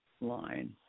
line